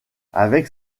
avec